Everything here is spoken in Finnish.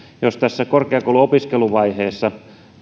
jos tässä korkeakouluopiskeluvaiheessa